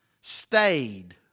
Stayed